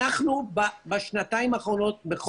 בשנתיים האחרונות,